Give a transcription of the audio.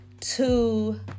two